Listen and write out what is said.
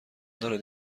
دارد